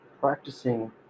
practicing